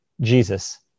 jesus